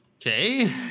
okay